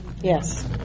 Yes